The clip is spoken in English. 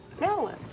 no